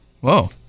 Whoa